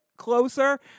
closer